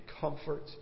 comfort